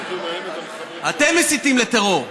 אתם מסיתים לטרור.